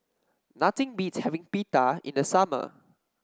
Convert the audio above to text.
nothing beats having Pita in the summer